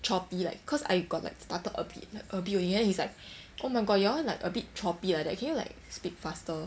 choppy like cause I got like stutter a bit like a bit only then he's like oh my god you all like a bit choppy like that can you all like speak faster